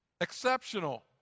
Exceptional